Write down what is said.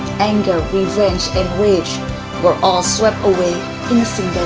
anger, revenge and rage were all swept away instant